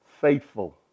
Faithful